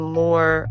more